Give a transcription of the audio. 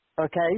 Okay